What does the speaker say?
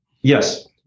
Yes